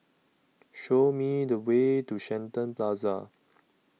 Show Me The Way to Shenton Plaza